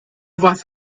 warst